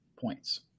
points